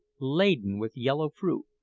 laden with yellow fruit,